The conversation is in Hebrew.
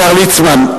השר ליצמן,